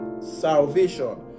salvation